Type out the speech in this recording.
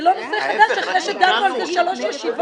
זה לא נושא חדש אחרי שדנו על זה שלוש ישיבות.